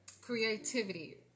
Creativity